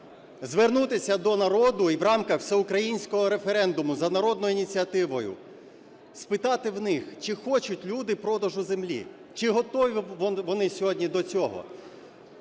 звернутися до народу і в рамках всеукраїнського референдуму за народною ініціативою спитати в них, чи хочуть люди продажу землі, чи готові вони сьогодні до цього?